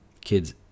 kids